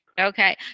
Okay